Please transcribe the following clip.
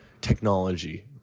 technology